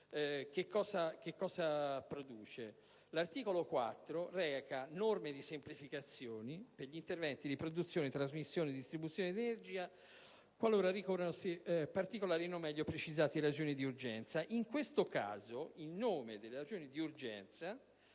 che creerà. Tale articolo, infatti, reca norme di semplificazione per gli interventi di produzione, trasmissione e distribuzione di energia, qualora ricorrano particolari e non meglio precisate ragioni di urgenza. In questo caso, in nome delle ragioni di urgenza,